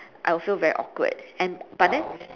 I will feel very awkward and but then